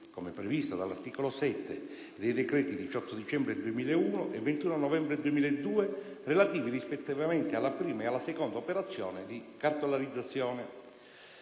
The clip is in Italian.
come previsto dall'articolo 7 dei decreti 18 dicembre 2001 e 21 novembre 2002, relativi rispettivamente alla prima e alla seconda operazione di cartolarizzazione.